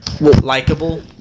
likable